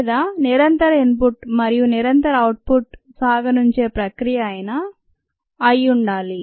లేదా నిరంతర input మరియు నిరంతర అవుట్ పుట్ సాగనుంచే ప్రక్రియ అయినా అయ్యుండాలి